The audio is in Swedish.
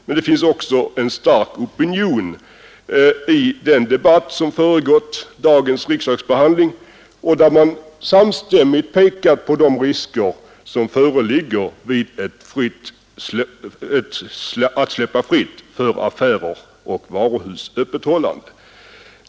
Men det finns också i den debatt som föregått dagens riksdagsbehandling en stark opinion där man samstämmigt pekat på de risker som föreligger vid ett fritt öppethållande för affärer och varuhus.